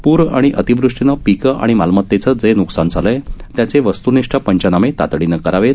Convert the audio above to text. पूर आणि अतिवृष्टीनं पिकं आणि मालमतेचे जे न्कसान झालं त्याचे वस्त्निष्ठ पंचनामे तातडीनं करावेत